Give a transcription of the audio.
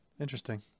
Interesting